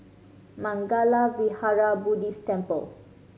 Mangala Vihara Buddhist Temple